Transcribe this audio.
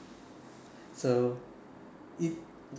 so it